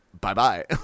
bye-bye